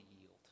yield